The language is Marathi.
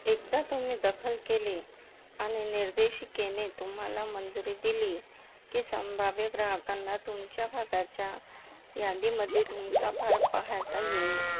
एकदा तुम्ही दखल केले आणि निर्देशिकेने तुम्हाला मंजुरी दिली की संभाव्य ग्राहकांना तुमच्या भागाच्या यादीमध्ये तुमचा पार्क पाहता येईल